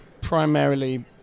primarily